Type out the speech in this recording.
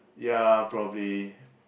ya probably